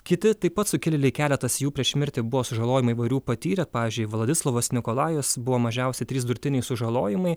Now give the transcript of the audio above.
kiti taip pat sukilėliai keletas jų prieš mirtį buvo sužalojimai įvairių patyrę pavyzdžiui vladislovas nikolajus buvo mažiausiai trys durtiniai sužalojimai